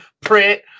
print